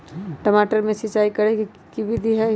टमाटर में सिचाई करे के की विधि हई?